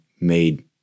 made